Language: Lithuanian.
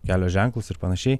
kelio ženklus ir panašiai